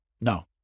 No